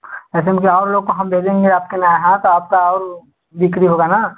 ऐसे उनके और लोग को हम भेजेंगे आपके यहाँ है तो आपका और बिक्री होगा ना